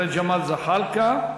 אחרי ג'מאל זחאלקה.